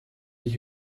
die